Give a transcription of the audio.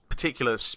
Particular